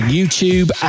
YouTube